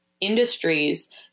industries